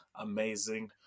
amazing